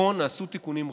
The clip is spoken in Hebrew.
נכון, נעשו תיקונים רבים,